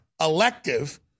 elective